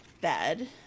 bed